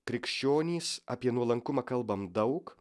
krikščionys apie nuolankumą kalbam daug